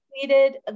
completed